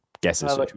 guesses